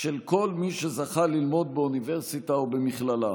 של כל מי שזכה ללמוד באוניברסיטה או במכללה,